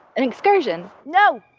and excursion. no!